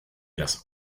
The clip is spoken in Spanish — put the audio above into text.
las